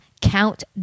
Count